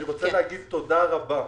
אני רוצה להגיד תודה רבה